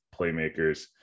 playmakers